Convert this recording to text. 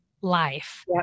life